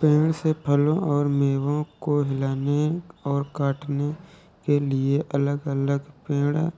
पेड़ से फलों और मेवों को हिलाने और काटने के लिए अलग अलग पेड़